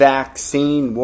Vaccine